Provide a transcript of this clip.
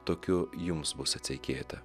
tokiu jums bus atseikėta